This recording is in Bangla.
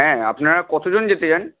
হ্যাঁ আপনারা কতোজন যেতে চান